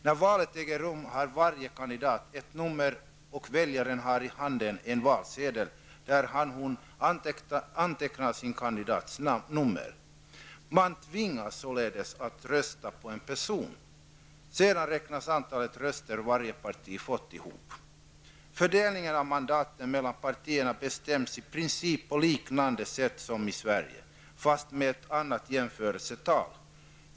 När valet äger rum har varje kandidat ett nummer, och väljaren har i handen en valsedel där han/hon antecknar sin kandidats nummer. Man tvingas således att rösta på en person. Därefter räknas antalet röster som varje parti har fått. Fördelningen av mandaten mellan partierna bestäms i princip på samma sätt som i Sverige, fast med ett annat genomförelsetal.